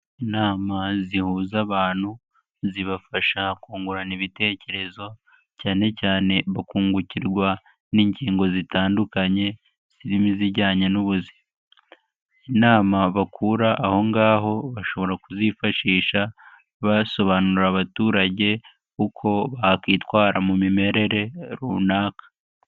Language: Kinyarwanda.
Inama zihuza abantu zibafasha kungurana ibitekerezo, cyane cyane bakungukirwa n'ingingo zitandukanye zirimo izijyanye n'ubuzima. Inama bakura aho ngaho bashobora kuzifashisha basobanurira abaturage uko bakwitwara mu mimerere runaka.